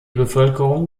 bevölkerung